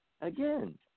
Again